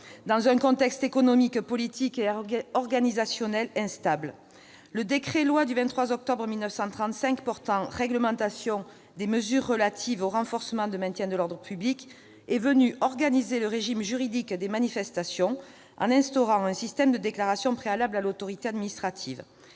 dans un contexte économique, politique et organisationnel instable. Le décret-loi du 23 octobre 1935 portant réglementation des mesures relatives au renforcement du maintien de l'ordre public est venu organiser le régime juridique des manifestations en instaurant un système de déclaration préalable à l'autorité administrative.